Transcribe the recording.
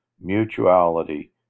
mutuality